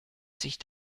sich